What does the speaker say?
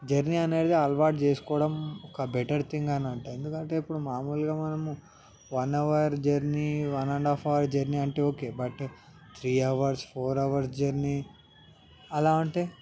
journey అనేది అలవాటు చేసుకోవడం ఒక బెటర్ తింగ్ అనంటా ఎందుకంటే ఇప్పుడు మామూలుగా మనము one hour journey one and half hour journey అంటే okay but three hours four hours journey అలా ఉంటే